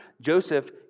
Joseph